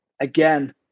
again